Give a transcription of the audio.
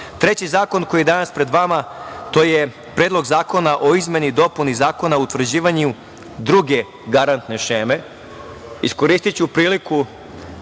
imali. Treći zakon koji je danas pred vama je Predlog zakona o izmeni i dopuni Zakona o utvrđivanju druge garantne šeme. Iskoristiću priliku